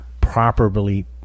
properly